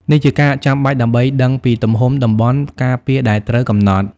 នេះជាការចាំបាច់ដើម្បីដឹងពីទំហំតំបន់ការពារដែលត្រូវកំណត់។